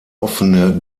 offene